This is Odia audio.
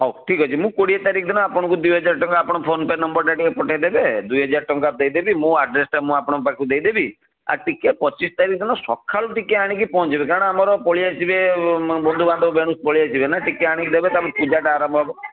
ହଉ ଠିକ୍ ଅଛି ମୁଁ କୋଡ଼ିଏ ତାରିଖ ଦିନ ଆପଣଙ୍କୁ ଦୁଇ ହଜାର ଟଙ୍କା ଆପଣ ଫୋନ୍ ପେ ନମ୍ବର୍ ଟା ଟିକିଏ ପଠେଇଦେବେ ଦୁଇ ହଜାର ଟଙ୍କା ଦେଇଦେବି ମୋ ଆଡ଼୍ରେସ୍ ଟା ମୁଁ ଆପଣଙ୍କ ପାଖକୁ ଦେଇଦେବି ଆଉ ଟିକିଏ ପଚିଶ୍ ତାରିଖ ଦିନ ସକାଳୁ ଟିକିଏ ଆଣିକି ପହଁଞ୍ଚେଇବେ କାରଣ ଆମର ପଳେଇ ଆସିବେ ବନ୍ଧୁ ବାନ୍ଧବ ବେଳଶୁ ପଳେଇ ଆସିବେ ନା ଟିକିଏ ଆଣିକି ଦେବେ ତା ପରେ ପୂଜାଟା ଆରମ୍ଭ ହେବ